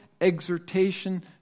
exhortation